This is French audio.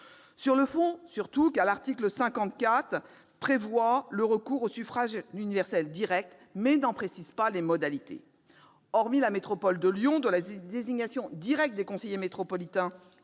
Sur le fond, car l'article 54 de la loi MAPTAM prévoit le recours au suffrage universel direct, mais n'en précise pas les modalités. Hormis la métropole de Lyon, où la désignation directe des conseillers métropolitains